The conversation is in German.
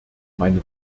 meine